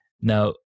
Now